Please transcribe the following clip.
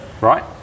right